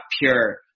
pure